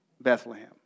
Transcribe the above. Bethlehem